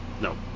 No